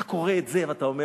אתה קורא את זה ואתה אומר: